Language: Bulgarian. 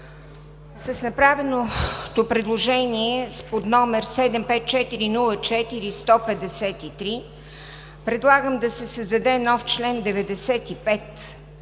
С направеното предложение под № 754-04-153 предлагам да се създаде нов чл. 95,